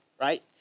right